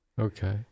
okay